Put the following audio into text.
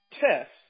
test